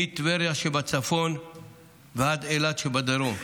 מטבריה שבצפון ועד אילת שבדרום,